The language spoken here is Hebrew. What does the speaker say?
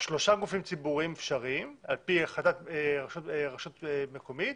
שלושה גופים ציבוריים אפשריים על פי החלטת רשות המקומית,